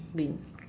win